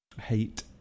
hate